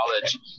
college